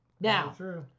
Now